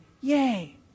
Yay